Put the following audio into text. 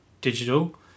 digital